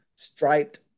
striped